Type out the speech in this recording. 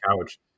couch